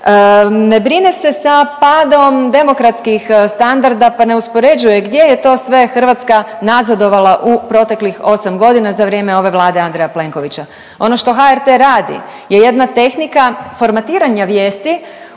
ne brine se sa padom demokratskih standarda pa ne uspoređuje gdje je to sve Hrvatska nazadovala u proteklih 8 godina za vrijeme ove Vlade Andreja Plenkovića. Ono što HRT radi je jedna tehnika formatiranja vijesti